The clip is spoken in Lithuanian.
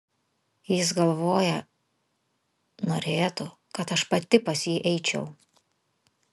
jis galvoja norėtų kad aš pati pas jį eičiau